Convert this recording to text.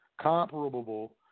comparable